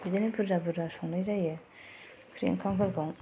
बिदिनो बुरजा बुरजा संनाय जायो ओंख्रि ओंखामफोरखौ